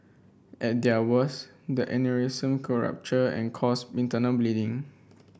at their worst the aneurysm could rupture and cause internal bleeding